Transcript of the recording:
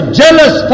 jealous